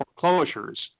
foreclosures